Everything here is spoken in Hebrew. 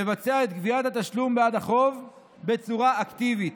לבצע את גביית התשלום בעד החוב בצורה אקטיבית,